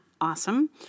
awesome